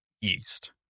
yeast